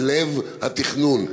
בלב התכנון,